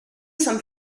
sant